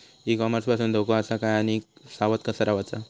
E commerce पासून धोको आसा काय आणि सावध कसा रवाचा?